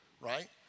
right